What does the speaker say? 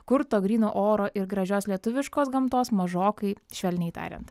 kur to gryno oro ir gražios lietuviškos gamtos mažokai švelniai tariant